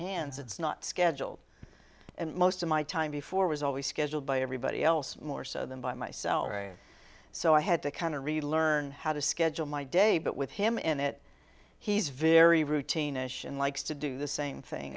hands it's not scheduled and most of my time before was always scheduled by everybody else more so than by myself so i had to kind of really learn how to schedule my day but with him in it he's very routine in likes to do the same thing